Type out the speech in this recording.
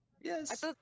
Yes